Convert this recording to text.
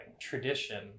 tradition